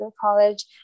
college